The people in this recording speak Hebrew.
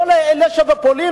לא רק לאלה שבפולין,